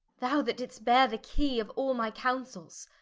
thou that didst beare the key of all my counsailes,